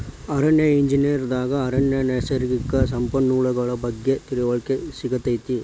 ಅರಣ್ಯ ಎಂಜಿನಿಯರ್ ದಾಗ ಅರಣ್ಯ ನೈಸರ್ಗಿಕ ಸಂಪನ್ಮೂಲಗಳ ಬಗ್ಗೆ ತಿಳಿವಳಿಕೆ ಸಿಗತೈತಿ